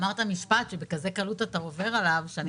אמרת משפט שבכזה קלות אתה עובר עליו שאני